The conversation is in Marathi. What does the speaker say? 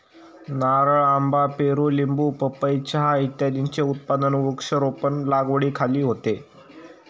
नारळ, आंबा, पेरू, लिंबू, पपई, चहा इत्यादींचे उत्पादन वृक्षारोपण लागवडीखाली होते